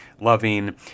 loving